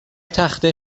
تخته